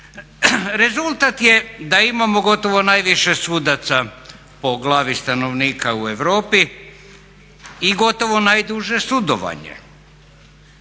Rezultat je da imamo gotovo najviše sudaca po glavi stanovnika u Europi i gotovo najduže sudovanje.